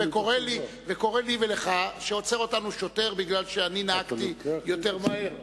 וקורה לי ולך שעוצר אותנו שוטר כי אני נהגתי מהר מדי.